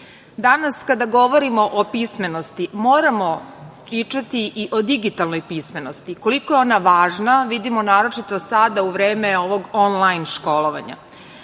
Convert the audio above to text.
kada govorimo o pismenosti, moramo pričati i o digitalnoj pismenosti. Koliko je ona važna vidimo naročito sada u vreme ovog onlajn školovanja.